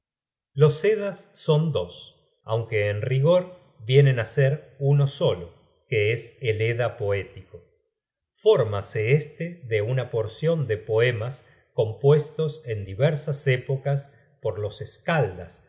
los eddas son dos aunque en rigor vienen á ser uno solo que es el edda poético fórmase este de una porcion de poemas compuestos en diversas épocas por los skaldas